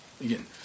Again